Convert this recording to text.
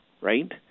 right